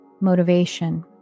motivation